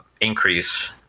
increase